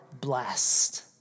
blessed